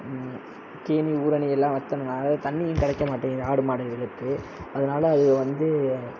கேணி ஊரணி எல்லாம் வத்தனதுனால தண்ணியும் கிடைக்க மாட்டேங்குது ஆடு மாடுங்களுக்கு அதனால அதுங்க வந்து